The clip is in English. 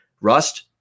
rust